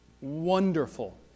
Wonderful